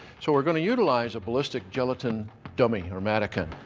so we're gonna utilize a ballistic gelatin dummy, or mannequin.